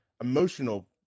emotional